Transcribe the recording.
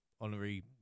honorary